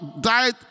died